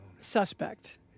suspect